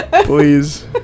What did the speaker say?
please